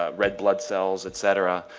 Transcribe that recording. ah red blood cells, et cetera.